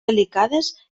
delicades